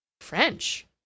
French